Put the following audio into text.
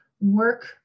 work